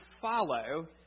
follow